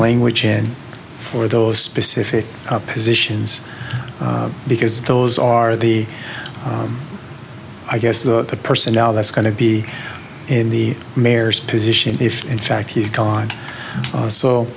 language in for those specific positions because those are the i guess the personnel that's going to be in the mayor's position if in fact he's gone so